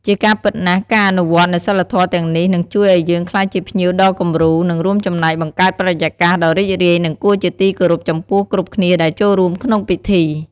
ជាការពិតណាស់ ការអនុវត្តនូវសីលធម៌ទាំងនេះ នឹងជួយឱ្យយើងក្លាយជាភ្ញៀវដ៏គំរូ និងរួមចំណែកបង្កើតបរិយាកាសដ៏រីករាយ និងគួរជាទីគោរពចំពោះគ្រប់គ្នាដែលចូលរួមក្នុងពិធី។